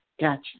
Gotcha